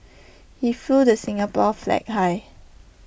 he flew the Singapore flag high